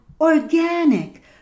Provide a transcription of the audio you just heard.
organic